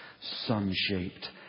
sun-shaped